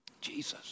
Jesus